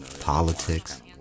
politics